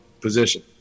position